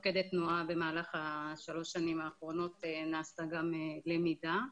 תוך כדי תנועה במהלך שלוש השנים האחרונות נעשתה גם למידה,